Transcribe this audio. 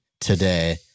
today